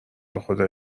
بخدا